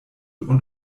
und